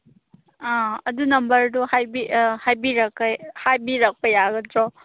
ꯑꯪ ꯑꯗꯨ ꯅꯝꯕꯔꯗꯣ ꯍꯥꯏꯕꯤꯔꯛꯄ ꯌꯥꯒꯗ꯭ꯔꯣ